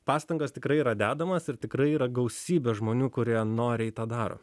pastangos tikrai yra dedamos ir tikrai yra gausybė žmonių kurie noriai tą daro